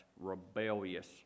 rebellious